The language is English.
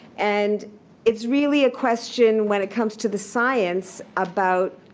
and it's really a question when it comes to the science about